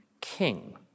king